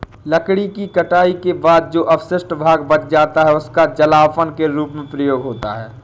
लकड़ी के कटाई के बाद जो अवशिष्ट भाग बच जाता है, उसका जलावन के रूप में प्रयोग होता है